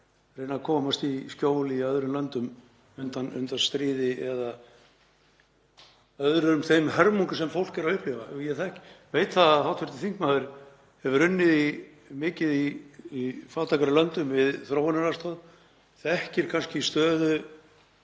reyna að komast í skjól í öðrum löndum undan stríði eða öðrum þeim hörmungum sem fólk er að upplifa. Ég veit að hv. þingmaður hefur unnið mikið í fátækari löndum við þróunaraðstoð, þekkir kannski stöðu